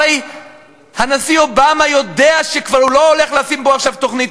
הרי הנשיא אובמה יודע שהוא כבר לא הולך לשים פה תוכנית,